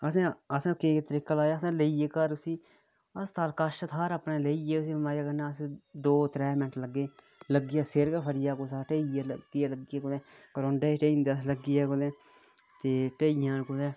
असैं केह् तरीका लाया अस लेइयै घर उसी अस थाह्र लेइयै अस्पताल कछ उसी दो त्रै मैंट लग्गे लग्गिया सिर गै फट्टी गेआ कुसै दा ढेइयै लग्गी जा कुदै ते ढेई जान कुदै